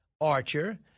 Archer